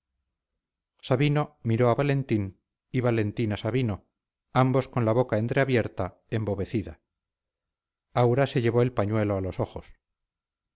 sabino miró a valentín y valentín a sabino ambos con la boca entreabierta embobecida aura se llevó el pañuelo a los ojos